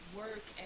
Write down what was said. work